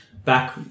back